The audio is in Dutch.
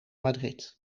madrid